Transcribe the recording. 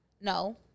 No